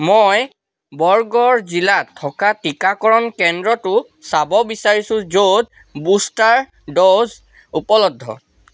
মই বৰগড় জিলাত থকা টীকাকৰণ কেন্দ্ৰটো চাব বিচাৰিছোঁ য'ত বুষ্টাৰ ড'জ উপলব্ধ